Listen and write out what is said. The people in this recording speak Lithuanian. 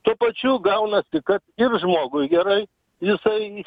tuo pačiu gaunasi kad ir žmogui gerai jisai